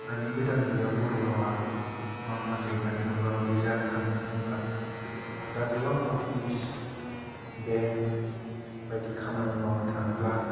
दानि गोदान मुगायाव बर' रावा मा मा जेंनाजों मोगा मोगि जानो थाङो बुङोब्ला दा गोबां अफिस बेंक बायदि खामानि मावनो थाङोब्ला